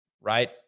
right